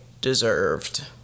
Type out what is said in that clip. deserved